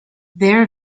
their